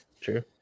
true